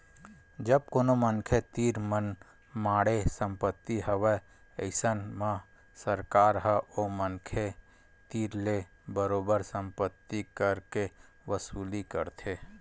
जब कोनो मनखे तीर मनमाड़े संपत्ति हवय अइसन म सरकार ह ओ मनखे तीर ले बरोबर संपत्ति कर के वसूली करथे